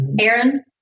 Aaron